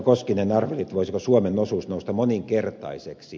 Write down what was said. koskinen arveli voisiko suomen osuus nousta moninkertaiseksi